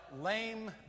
lame